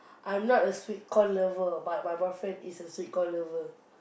I'm not a sweet corn lover but my boyfriend is a sweet corn lover